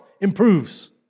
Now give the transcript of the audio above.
improves